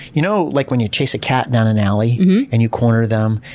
you know like when you chase a cat down an alley and you corner them,